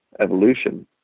Evolution